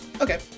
Okay